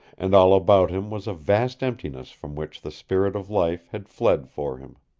and all about him was a vast emptiness from which the spirit of life had fled for him.